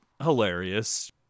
hilarious